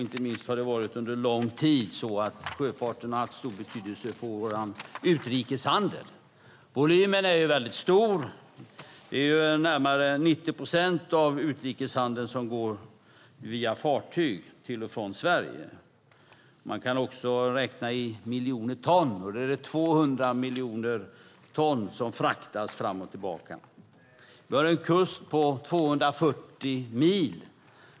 Inte minst har det under lång tid varit så att sjöfarten har haft stor betydelse för vår utrikeshandel. Volymen är väldigt stor. Närmare 90 procent av utrikeshandeln går via fartyg till och från Sverige. Man kan också räkna i miljoner ton. Det är 200 miljoner ton som fraktas fram och tillbaka. Vi har en kust på 240 mil.